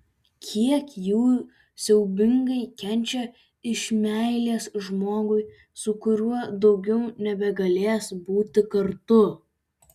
kiek jų siaubingai kenčia iš meilės žmogui su kuriuo daugiau nebegalės būti kartu